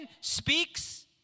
speaks